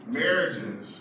marriages